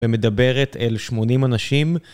ומדברת אל 80 אנשים.